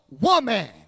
Woman